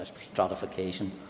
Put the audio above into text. stratification